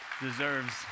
deserves